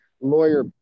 lawyer